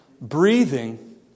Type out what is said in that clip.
Breathing